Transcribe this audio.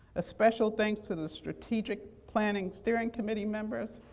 a special thanks to the strategic planning steering committee members,